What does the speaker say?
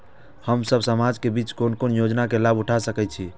हम सब समाज के बीच कोन कोन योजना के लाभ उठा सके छी?